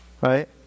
Right